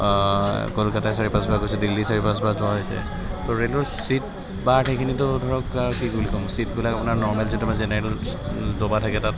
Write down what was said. কলকাতাই চাৰি পাঁচবাৰ গৈছোঁ দিল্লী চাৰি পাঁচবাৰ যোৱা হৈছে ত' ৰে'লৰ ছিট বা সেইখিনিতো ধৰক কি বুলি ক'ম ছিটবিলাক আপোনাৰ নৰ্মেল যিটো আমাৰ জেনেৰেল ডবা থাকে তাত